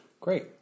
Great